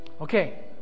Okay